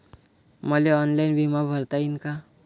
मले ऑनलाईन बिमा भरता येईन का?